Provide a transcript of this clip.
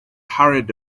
hurried